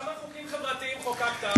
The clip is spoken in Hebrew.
כמה חוקים חברתיים חוקקת?